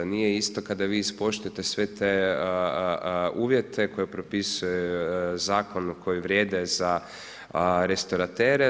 Nije isto kada vi ispoštujete sve te uvjete koje propisuje zakoni koji vrijedi za restoratere.